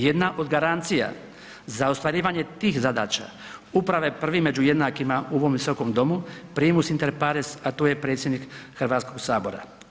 Jedna od garancija za ostvarivanje tih zadaća upravo je prvi među jednakima u ovom visokom domu primus inter pares, a to je predsjednik Hrvatskog sabora.